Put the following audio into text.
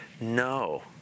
no